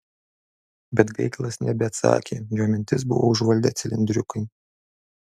bet gaigalas nebeatsakė jo mintis buvo užvaldę cilindriukai